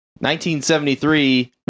1973